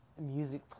music